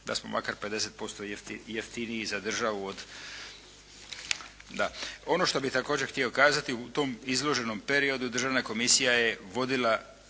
da smo makar 50% i jeftiniji za državu od, da. Ono što bih također htio kazati, u tom izloženom periodu Državna komisija je vodila